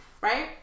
right